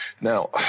Now